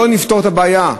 לא נפתור את הבעיה.